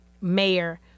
mayor